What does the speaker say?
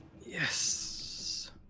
Yes